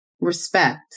Respect